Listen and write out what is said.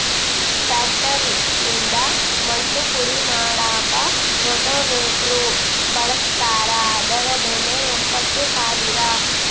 tractor ನಿಂದ ಮಣ್ಣು ಪುಡಿ ಮಾಡಾಕ ರೋಟೋವೇಟ್ರು ಬಳಸ್ತಾರ ಅದರ ಬೆಲೆ ಎಂಬತ್ತು ಸಾವಿರ